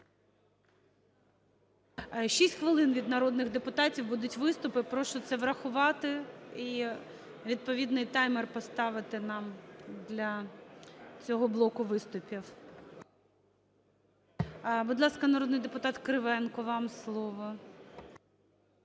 6 хвилин від народних депутатів будуть виступи. Прошу це врахувати і відповідний таймер поставити нам для цього блоку виступів. Будь ласка, народний депутат Кривенко, вам слово.